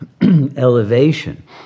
elevation